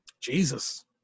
Jesus